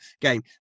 game